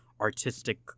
artistic